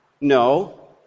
No